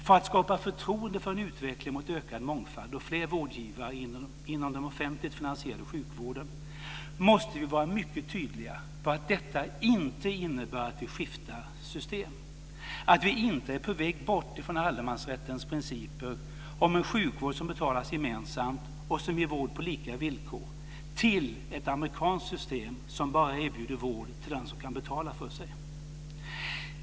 För att skapa förtroende för en utveckling mot ökad mångfald och fler vårdgivare inom den offentligt finansierade sjukvården måste vi vara mycket tydliga på att detta inte innebär att vi skiftar system, att vi inte är på väg bort från allemansrättens principer om en sjukvård som betalas gemensamt och som ger vård på lika villkor till ett amerikanskt system som bara erbjuder vård till den som kan betala för sig.